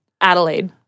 Adelaide